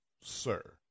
sir